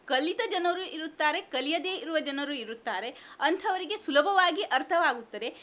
ಕಲಿತ ಜನರು ಇರುತ್ತಾರೆ ಕಲಿಯದೇ ಇರುವ ಜನರು ಇರುತ್ತಾರೆ ಅಂಥವರಿಗೆ ಸುಲಭವಾಗಿ ಅರ್ಥವಾಗುತ್ತದೆ